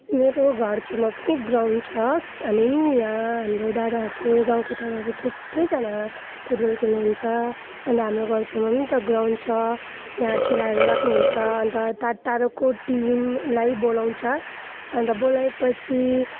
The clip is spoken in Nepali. मेरो घर छेउमा पनि ग्राउन्ड छ हामी यहाँ हाम्रो दादाहरूले गाउँको दादाहरू थुप्रैजना फुट बल खेल्नु हुन्छ अन्त हाम्रो घर छेउमा त ग्राउन्ड छ यहाँ खेलाहरू राख्नु हुन्छ अन्त टाड् टाडोको टिमलाई बोलाउँछ अन्त बोलाए पछि